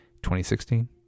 2016